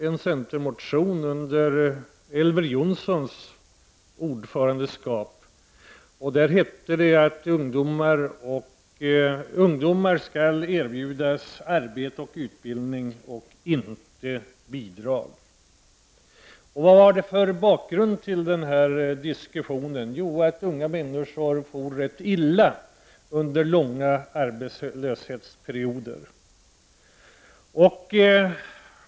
En gång i tiden, under Elver Jonssons ordförandeskap i utskottet, biföll kammaren en centermotion. I den hette det att ungdomar skall erbjudas arbete och utbildning, inte bidrag. Vad var det för bakgrund till den här diskussionen? Jo, att unga människor for rätt illa under långa arbetslöshetsperioder.